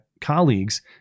colleagues